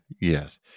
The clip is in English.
Yes